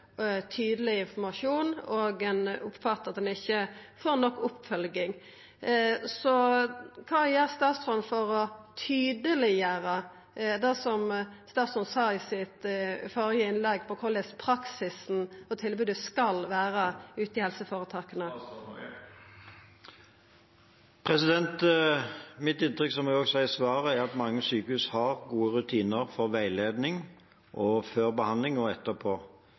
tydeleg informasjon, og ein oppfattar det slik at ein ikkje får nok oppfølging. Kva gjer statsråden for å gjera tydeleg det som statsråden sa i det førre innlegget sitt, om korleis praksisen og tilbodet skal vera ute i helseføretaka? Mitt inntrykk er, som jeg også sa i svaret, at mange sykehus har gode rutiner for veiledning før behandling